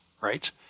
right